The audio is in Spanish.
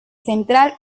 central